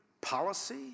policy